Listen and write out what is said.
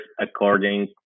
according